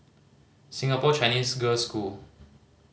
Singapore Chinese Girls' School